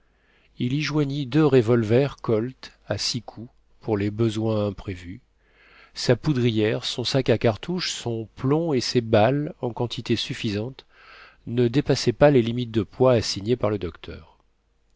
il y joignit deux revolvers colt à six coups pour les besoins imprévus sa poudrière son sac à cartouches son plomb et ses balles en quantité suffisante ne dépassaient pas les limites de poids assignées par le docteur